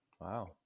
wow